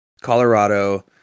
Colorado